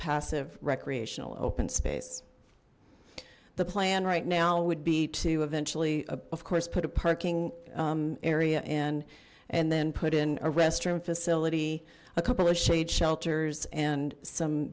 passive recreational open space the plan right now would be to eventually of course put a parking area in and then put in a restroom facility a couple of shade shelters and some